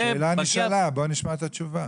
השאלה נשאלה, בוא נשמע את התשובה.